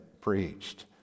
preached